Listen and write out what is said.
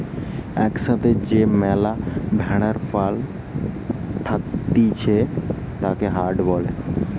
এক সাথে যে ম্যালা ভেড়ার পাল থাকতিছে তাকে হার্ড বলে